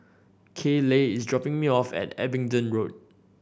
Kayleigh is dropping me off at Abingdon Road